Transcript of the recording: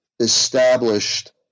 established